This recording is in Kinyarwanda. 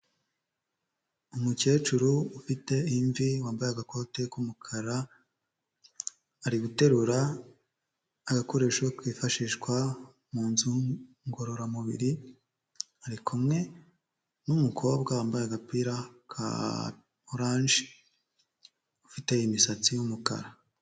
Umukecuru ufite imvi wambaye agakoti k'umukara, ari guterura agakoresho kifashishwa mu nzu ngororamubiri, ari kumwe n'umukobwa wambaye agapira ka oranje ufite imisatsi y'umukara.